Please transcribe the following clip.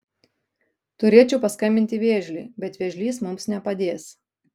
turėčiau paskambinti vėžliui bet vėžlys mums nepadės